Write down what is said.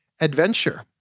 adventure